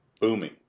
booming